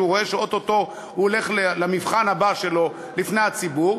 כשהוא רואה שאו-טו-טו הוא הולך למבחן הבא שלו לפני הציבור,